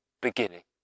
beginning